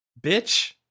Bitch